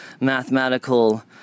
mathematical